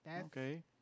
Okay